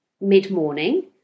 mid-morning